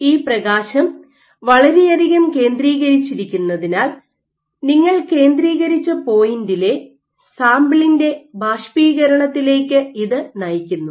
ഈ പ്രകാശം വളരെയധികം കേന്ദ്രീകരിച്ചിരിക്കുന്നതിനാൽ നിങ്ങൾ കേന്ദ്രീകരിച്ച പോയിന്റിലെ സാമ്പിളിന്റെ ബാഷ്പീകരണത്തിലേക്ക് ഇത് നയിക്കുന്നു